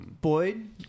Boyd